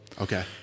Okay